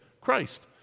Christ